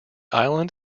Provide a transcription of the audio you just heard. island